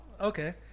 Okay